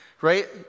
Right